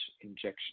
injection